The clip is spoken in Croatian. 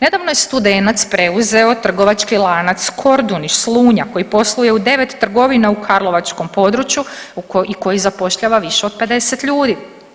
Nedavno je Studenac preuzeo trgovački lanac Kordun iz Slunja koji posluje u 9 trgovina u karlovačkom području i koji zapošljava više od 50 ljudi.